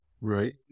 right